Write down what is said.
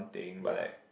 ya